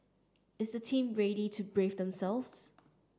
is the team ready to brace themselves